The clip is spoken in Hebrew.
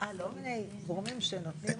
גורמים שנותנים